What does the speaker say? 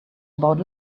about